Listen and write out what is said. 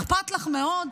אכפת לך מאוד,